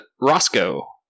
Roscoe